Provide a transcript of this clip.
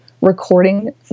recording